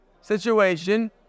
situation